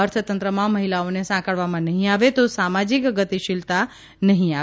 અર્થતંત્રમાં મહિલાઓને સાંકળવામાં નહીં આવે તો સામાજિક ગતિશીલતા નહીં આવે